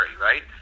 right